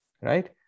right